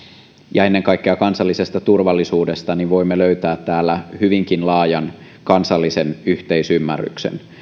ja ennen kaikkea kansallisesta turvallisuudesta niin voimme löytää täällä hyvinkin laajan kansallisen yhteisymmärryksen